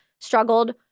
struggled